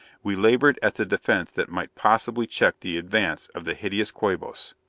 we labored at the defence that might possibly check the advance of the hideous quabos.